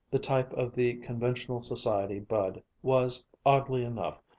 the type of the conventional society bud, was, oddly enough,